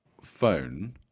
phone